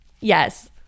Yes